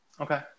okay